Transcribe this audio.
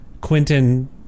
Quentin